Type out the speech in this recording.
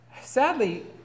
Sadly